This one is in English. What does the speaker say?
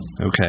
Okay